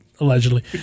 allegedly